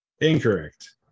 Incorrect